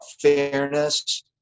fairness